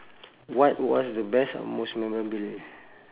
what was the best and most memorable